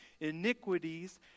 iniquities